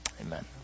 Amen